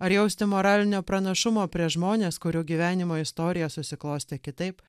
ar jausti moralinio pranašumo prieš žmones kurių gyvenimo istorija susiklostė kitaip